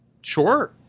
sure